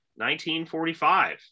1945